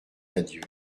adieux